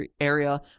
area